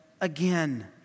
again